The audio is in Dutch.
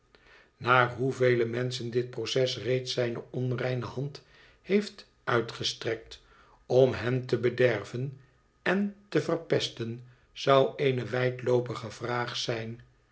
naar hoevele menschen dit proces reeds zijne onreine hand heeft uitgestrekt om hen te bederven en te verpesten zou eene wijdloopige vraag zijn